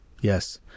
Yes